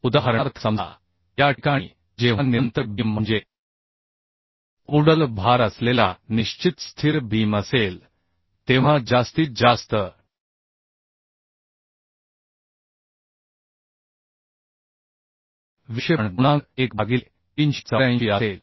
उदाहरणार्थ समजा या ठिकाणी जेव्हा निरंतर बीम म्हणजे UDL भार असलेला निश्चित स्थिर बीम असेल तेव्हा जास्तीत जास्त विक्षेपण गुणांक 1 भागिले 384 असेल